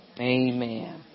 Amen